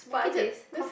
but I just that's